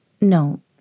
No